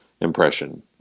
impression